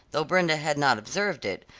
though brenda had not observed it,